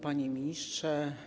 Panie Ministrze!